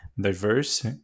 diverse